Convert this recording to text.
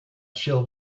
chill